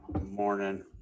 morning